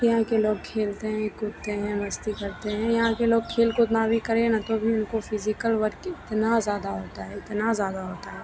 यहाँ के लोग खेलते हैं कूदते हैं मस्ती करते हैं यहाँ के लोग खेल कूद ना भी करें ना तो भी उनको फिज़िकल वर्क इतना ज़्यादा होता है इतना ज्यादा होता है